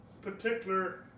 particular